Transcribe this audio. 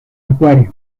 acuario